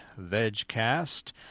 VegCast